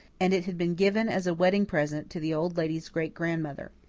and it had been given as a wedding present to the old lady's great-grandmother.